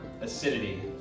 acidity